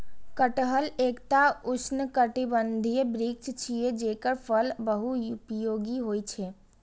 कटहल एकटा उष्णकटिबंधीय वृक्ष छियै, जेकर फल बहुपयोगी होइ छै